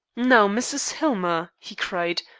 now, mrs. hillmer, he cried,